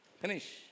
Finish